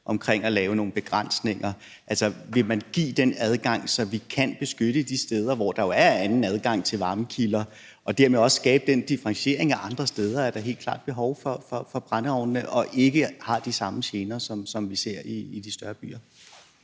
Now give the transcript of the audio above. om at lave nogle begrænsninger. Vil man give den adgang, så vi kan beskytte de steder, hvor der jo er anden adgang til varmekilder, og dermed også skabe den differentiering? For andre steder er der helt klart behov for brændeovne, og der er steder, hvor de ikke giver de samme gener, som vi ser i de større byer.